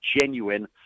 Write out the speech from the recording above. genuine